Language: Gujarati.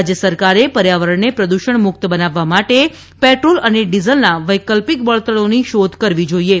રાજ્ય સરકારે પર્યાવરણને પ્રદૃષણ મુક્ત બનાવવામાટે પેટ્રોલ અને ડીઝલના વૈકલ્પિક બળતણોની શોધ કરવી જોઈએ